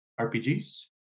RPGs